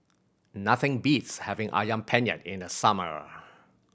nothing beats having Ayam Penyet in the summer